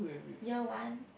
year one